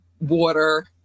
water